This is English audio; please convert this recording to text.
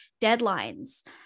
deadlines